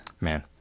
Man